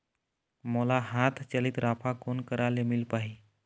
मोला हाथ चलित राफा कोन करा ले मिल पाही?